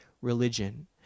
religion